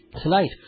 Tonight